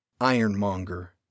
Ironmonger